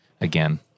again